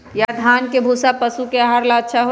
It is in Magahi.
या धान के भूसा पशु के आहार ला अच्छा होई?